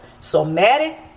Somatic